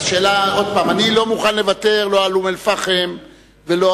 אני לא מוכן לוותר לא על אום-אל-פחם ולא